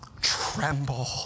tremble